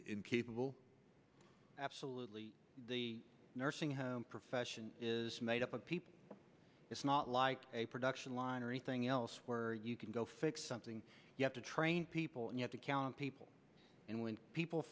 incapable absolutely the nursing home profession is made up of people it's not like a production line or anything else where you can go fix something you have to train people you have to count people and when people